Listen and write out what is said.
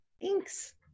Thanks